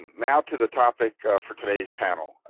now, to the topic for today's panel,